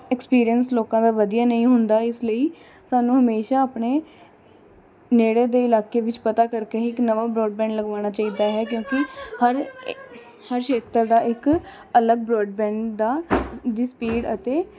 experience ਲੋਕਾਂ ਦਾ ਵਧੀਆ ਨਹੀਂ ਹੁੰਦਾ ਇਸ ਲਈ ਸਾਨੂੰ ਹਮੇਸ਼ਾ ਆਪਣੇ ਨੇੜੇ ਦੇ ਇਲਾਕੇ ਵਿੱਚ ਪਤਾ ਕਰਕੇ ਹੀ ਇੱਕ ਨਵਾਂ ਬ੍ਰੋਡਬੈਂਡ ਲਗਵਾਉਣਾ ਚਾਹੀਦਾ ਹੈ ਕਿਉਂਕੀ ਹਰ ਹਰ ਖੇਤਰ ਦਾ ਇੱਕ ਅਲੱਗ ਬ੍ਰੋਡਬੈਂਡ ਦਾ ਦੀ ਸਪੀਡ ਅਤੇ